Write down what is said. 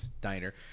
diner